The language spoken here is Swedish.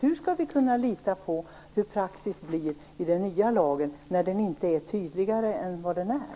Hur skall vi kunna lita på praxis när det gäller den nya lagen, när denna inte är tydligare än den är?